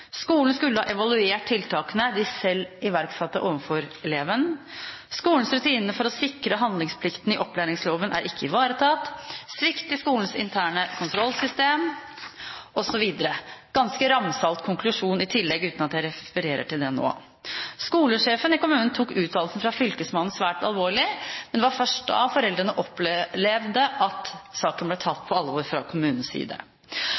Skolen skulle ha evaluert tiltakene de selv iverksatte overfor eleven. Skolens rutiner for å sikre handlingsplikten i opplæringsloven er ikke ivaretatt. Det er svikt i skolens interne kontrollsystem osv. Det var en ganske ramsalt konklusjon i tillegg, uten at jeg refererer til det nå. Skolesjefen i kommunen tok uttalelsen fra fylkesmannen svært alvorlig, men det var først da foreldrene opplevde at saken ble tatt på alvor fra kommunens side.